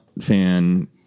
fan